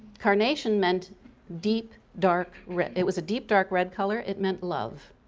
carnation meant deep dark red. it was a deep dark red color. it meant love.